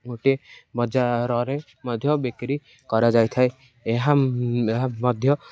ଗୋଟିଏ ବଜାରରେ ମଧ୍ୟ ବିକ୍ରି କରାଯାଇଥାଏ ଏହା ଏହା ମଧ୍ୟ